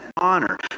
honor